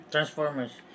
Transformers